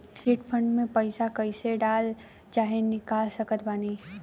Chit fund मे पईसा कईसे डाल चाहे निकाल सकत बानी?